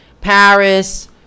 Paris